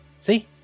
See